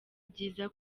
byiza